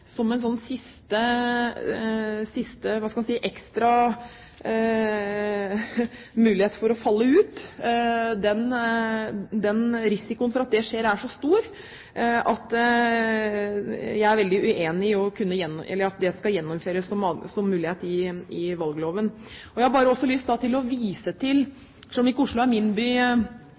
en siste – hva skal man si – ekstra mulighet for at de skal falle ut. Risikoen for at det skjer, er så stor at jeg er veldig uenig i at det skal gjeninnføres som en mulighet i valgloven. Selv om Oslo ikke er min by, var det veldig interessant å gå inn og se på hva som skjedde under stortingsvalget i 2009. Det er